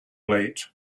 late